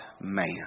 man